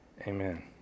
Amen